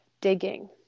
digging